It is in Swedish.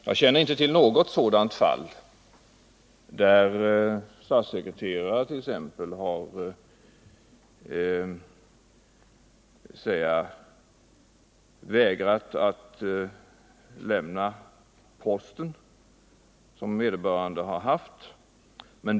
Jag känner inte till något fall där t.ex. statssekreterare har vägrat att lämna den post vederbörande har haft.